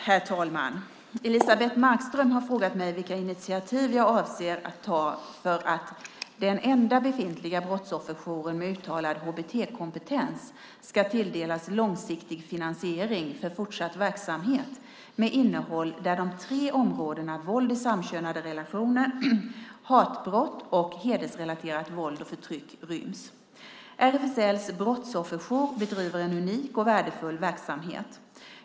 Herr talman! Elisebeht Markström har frågat mig vilka initiativ jag avser att ta för att den enda befintliga brottsofferjouren med uttalad HBT-kompetens ska tilldelas långsiktig finansiering för fortsatt verksamhet med innehåll där de tre områdena våld i samkönade relationer, hatbrott och hedersrelaterat våld och förtryck ryms. RFSL:s brottsofferjour bedriver en unik och värdefull verksamhet.